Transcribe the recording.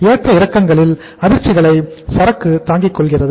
ஏற்ற இறக்கங்களில் அதிர்ச்சிகளை சரக்கு தாங்கிக் கொள்கிறது